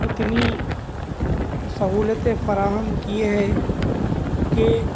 اتنی سہولتیں فراہم کی ہے کہ